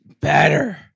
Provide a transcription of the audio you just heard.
better